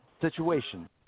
situation